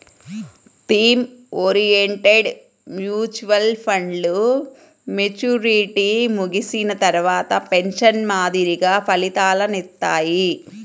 theme oriented mutual ఫండ్లు maturity ముగిసిన తర్వాత పెన్షన్ మాదిరిగా ఫలితాలనిత్తాయి